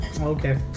Okay